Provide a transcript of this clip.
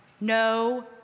no